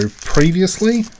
previously